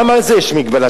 גם על זה יש מגבלה.